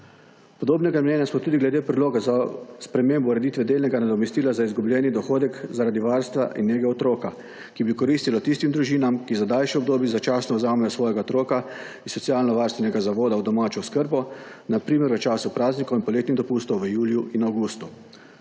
Podobnega mnenja smo tudi glede predloga za spremembo ureditve delnega nadomestila za izgubljeni dohodek zaradi varstva in nege otroka, ki bi koristilo tistim družinam, ki za daljše obrobje začasno vzamejo svojega otroka iz socialno-varstvenega zavoda v domačo oskrbo, na primer v času praznikov in poletnih dopustov v juliju in avgustu.